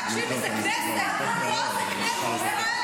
אפרת, תקשיבי, זה כנסת, פה זה כנסת ישראל.